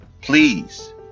please